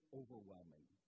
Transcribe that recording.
overwhelming